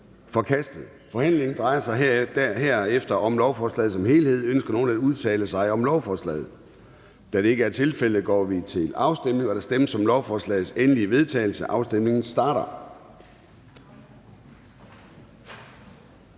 Forhandlingerne drejer sig derefter om forslaget som helhed. Ønsker nogen at udtale sig om forslaget? Da det ikke er tilfældet, går vi til afstemning. Kl. 11:30 Afstemning Formanden (Søren Gade): Der stemmes om forslagets endelige vedtagelse. Afstemningen starter.